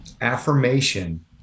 affirmation